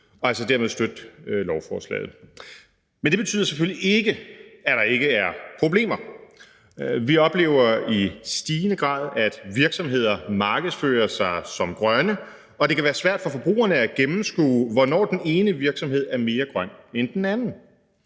og altså dermed støtte lovforslaget. Men det betyder selvfølgelig ikke, at der ikke er problemer. Vi oplever i stigende grad, at virksomheder markedsfører sig som grønne, og det kan være svært for forbrugerne at gennemskue, hvornår den ene virksomhed er mere grøn end den anden.